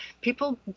people